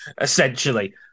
essentially